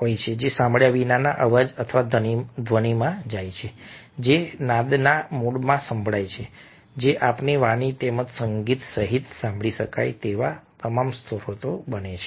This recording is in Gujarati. હોય છે જે સાંભળ્યા વિનાના અવાજ અથવા ધ્વનિમાં જાય છે જે નાદના મૂળમાં સંભળાય છે જે આપણી વાણી તેમજ સંગીત સહિત સાંભળી શકાય તેવા તમામનો સ્ત્રોત બને છે